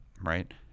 right